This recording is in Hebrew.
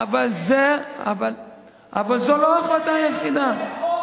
תכבד את החוקים,